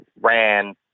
ran